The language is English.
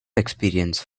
experience